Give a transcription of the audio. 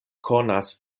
konas